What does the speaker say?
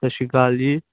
ਸਤਿ ਸ਼੍ਰੀ ਅਕਾਲ ਜੀ